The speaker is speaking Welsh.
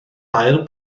ail